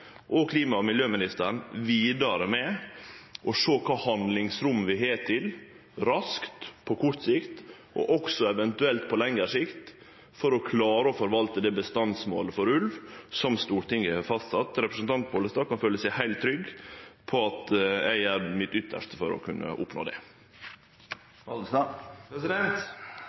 og klima- og miljøministeren vidare med å sjå på kva handlingsrom vi har til raskt, på kort sikt og også eventuelt på lengre sikt, å klare å forvalte det bestandsmålet for ulv som Stortinget har fastsett. Representanten Pollestad kan føle seg heilt trygg på at eg gjer mitt ytste for å kunne oppnå det.